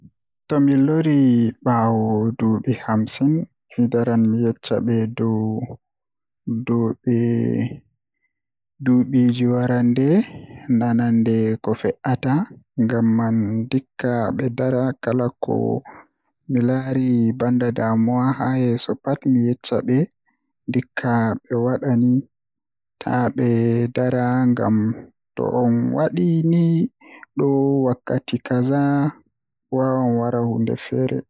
Tomi lori baawo ɗuuɓi hamsin mi daran mi yecca be dow ɗobe duɓiiji warande ndandanda ko fe'ata, Ngamman ndikka be Dara kala ko milari banda damuwa haa yeso pat mi yecca ɓe ndikka ɓe waɗa ni taawaɗe ni ngam to on waɗi ni ɗo be wakkati kaza wawan warta huunde feere.